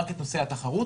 רק את נושא התחרות.